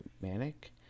Manic